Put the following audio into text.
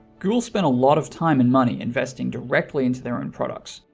google spent a lot of time and money investing directly into their own products.